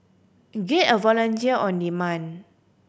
get a volunteer on demand